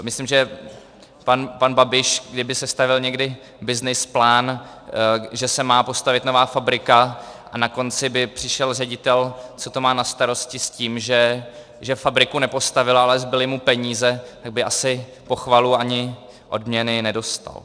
Myslím, že pan Babiš, kdyby sestavil někdy byznys plán, že se má postavit nová fabrika, a na konci by přišel ředitel, co to má na starosti, s tím, že fabriku nepostavil, ale zbyly mu peníze, tak by asi pochvalu ani odměny nedostal.